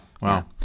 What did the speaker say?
wow